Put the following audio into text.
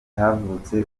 havutse